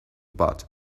pot